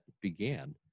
began